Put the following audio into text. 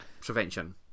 prevention